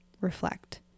reflect